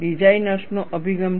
ડિઝાઇનર્સનો અભિગમ છે